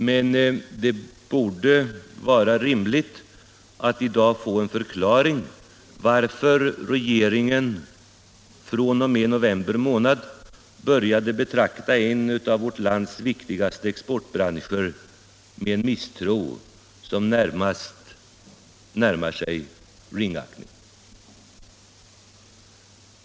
Men det borde vara rimligt att i dag få en förklaring varför regeringen fr.o.m. november månad började betrakta en av vårt lands viktigaste exportbranscher med en misstro som närmar sig ringaktning.